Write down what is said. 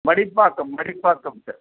மடிப்பாக்கம் மடிப்பாக்கம் சரி